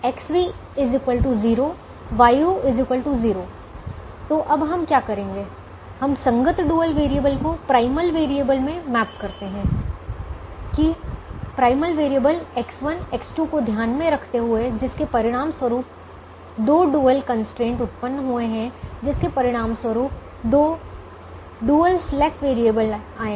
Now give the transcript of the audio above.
तो X v 0 Y u 0 तो अब हम क्या करेंगे हम संगत डुअल वैरिएबल को प्राइमल वैरिएबल में मैप करते हैं कि दो प्राइमल वैरिएबल X1 X2 को ध्यान में रखते हुए जिसके परिणामस्वरूप दो डुअल कंस्ट्रेंट उत्पन्न हुए जिसके परिणामस्वरूप दो डुअल स्लैक वैरिएबल आए